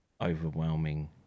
overwhelming